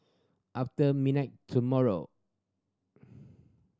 after midnight tomorrow